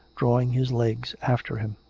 drawing his legs after him.